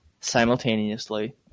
simultaneously